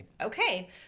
Okay